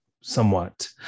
somewhat